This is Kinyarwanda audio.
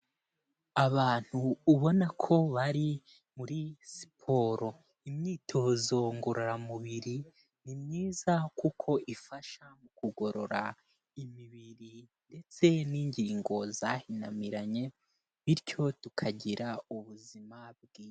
Abantu ubona ko bari muri siporo. Imyitozo ngororamubiri ni myiza kuko ifasha mu kugorora imibiri ndetse n'ingingo zahinamiranye, bityo tukagira ubuzima bwiza.